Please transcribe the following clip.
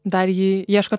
dar jį ieškot